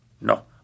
no